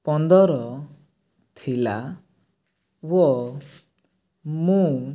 ପନ୍ଦର ଥିଲା ଓ ମୁଁ